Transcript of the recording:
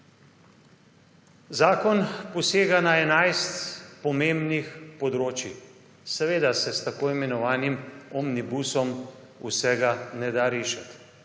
Zakon posega na enajst pomembnih področij. Seveda se s tako imenovanim omnibusom vsega ne da rešiti,